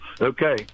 Okay